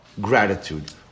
gratitude